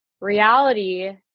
reality